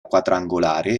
quadrangolare